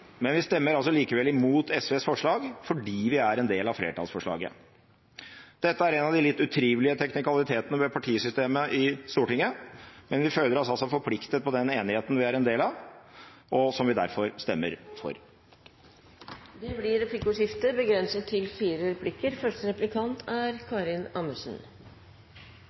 Men vi stemmer altså likevel mot SVs forslag, fordi vi er en del av flertallsforslaget. Dette er en av de litt utrivelige teknikalitetene ved partisystemet i Stortinget, men vi føler oss altså forpliktet på den enigheten vi er en del av, og som vi derfor stemmer for. Det blir replikkordskifte.